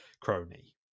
crony